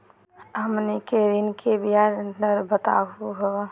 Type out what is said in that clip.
हमनी के ऋण के ब्याज दर बताहु हो?